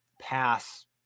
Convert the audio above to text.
pass